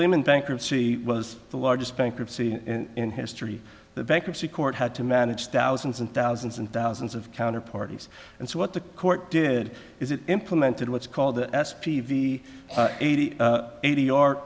women bankruptcy was the largest bankruptcy in history the bankruptcy court had to manage thousands and thousands and thousands of counter parties and so what the court did is it implemented what's called the s p v eighty eighty o